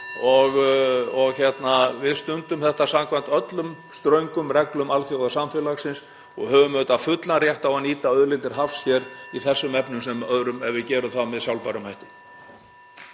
Við stundum þetta samkvæmt öllum ströngum reglum alþjóðasamfélagsins og höfum auðvitað fullan rétt á að nýta auðlindir hafs í þessum efnum sem öðrum (Forseti hringir.) ef við gerum það með sjálfbærum hætti.